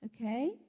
Okay